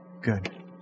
Good